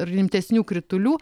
rimtesnių kritulių